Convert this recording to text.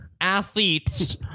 athletes